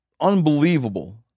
unbelievable